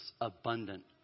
abundant